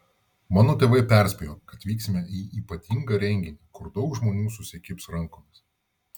mano tėvai perspėjo kad vyksime į ypatingą renginį kur daug žmonių susikibs rankomis